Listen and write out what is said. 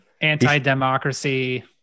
anti-democracy